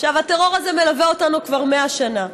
עכשיו, הטרור הזה מלווה אותנו כבר 100 שנה.